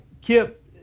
Kip